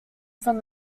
from